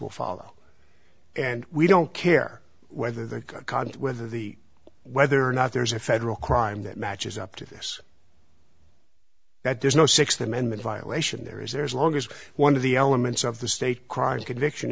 will follow and we don't care whether they're god whether the whether or not there's a federal crime that matches up to this that there's no sixth amendment violation there is there's long as one of the elements of the state crimes conviction